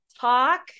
talk